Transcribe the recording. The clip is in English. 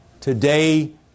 Today